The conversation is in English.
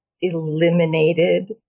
eliminated